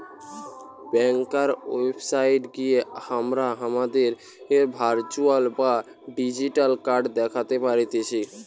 ব্যাংকার website গিয়ে হামরা হামাদের ভার্চুয়াল বা ডিজিটাল কার্ড দ্যাখতে পারতেছি